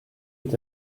est